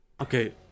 Okay